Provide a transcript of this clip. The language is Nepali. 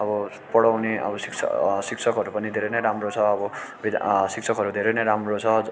अब पढाउने अब शिक्ष शिक्षकहरू पनि धेरै नै राम्रो छ अब शिक्षकहरू धेरै नै राम्रो छ